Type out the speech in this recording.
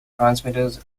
transmitters